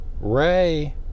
Ray